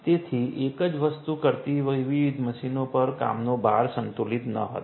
તેથી એક જ વસ્તુ કરતી વિવિધ મશીનો પર કામનો ભાર સંતુલિત ન હતો